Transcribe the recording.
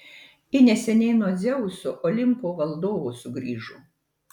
ji neseniai nuo dzeuso olimpo valdovo sugrįžo